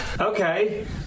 Okay